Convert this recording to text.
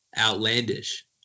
outlandish